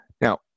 Now